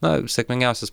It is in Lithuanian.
na sėkmingiausias